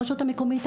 הרשות המקומית,